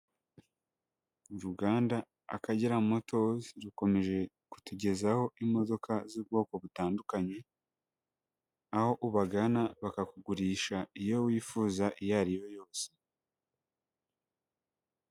Uruganda Akagera Motors, rukomeje kutugezaho imodoka z'ubwoko butandukanye, aho ubagana bakakugurisha iyo wifuza, iyo ari yo yose.